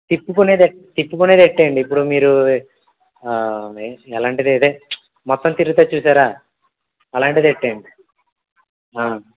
తిప్పుకునేది తిప్పుకునేది పెట్టేయండి ఇప్పుడు మీరు ఎలాంటిది ఇదే మొత్తం తిరుగుతుంది చూసారా అలాంటిది పెట్టండి